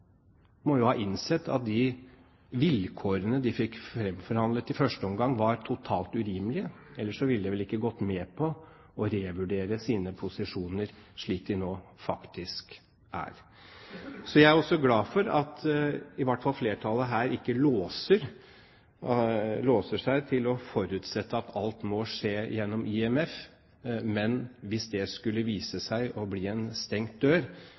må ha innsett at de vilkårene de fikk framforhandlet i første omgang, var totalt urimelige, ellers ville de vel ikke ha gått med på å revurdere sine posisjoner slik de nå er. Jeg er glad for at i hvert fall flertallet her ikke låser seg til å forutsette at alt må skje gjennom IMF, men – hvis det skulle vise seg å bli en stengt dør